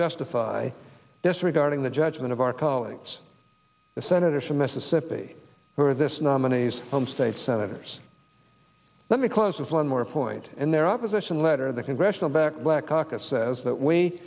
justify disregarding the judgment of our colleagues the senators from mississippi who are this nominee's home state senators let me close with one more point in their opposition letter the congressional black caucus says that we